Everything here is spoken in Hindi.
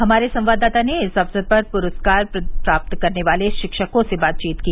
हमारे संवाददाता ने इस अवसर पर पुरस्कार प्राप्त करने वाले शिक्षकों से बातचीत की